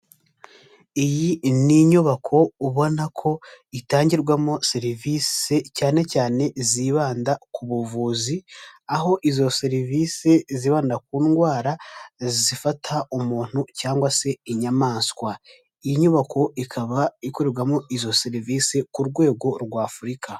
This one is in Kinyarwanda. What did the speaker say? Iyi ni inyubako ubona ko itangirwamo serivisi cyane cyane zibanda ku buvuzi, aho izo serivisi zibanda ku ndwara zifata umuntu cyangwa se inyamaswa, iyi nyubako ikaba ikorerwamo izo serivisi ku rwego rw'Afurika.